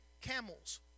camels